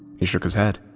he shook his head,